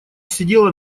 сидела